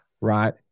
right